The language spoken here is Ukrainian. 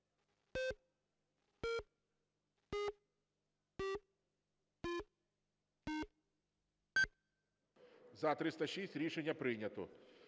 За-301 Рішення прийнято.